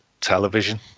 television